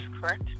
correct